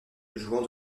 jouant